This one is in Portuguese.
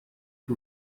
que